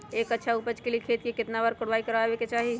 एक अच्छा उपज के लिए खेत के केतना बार कओराई करबआबे के चाहि?